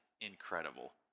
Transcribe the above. incredible